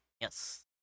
Yes